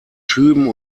schüben